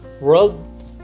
world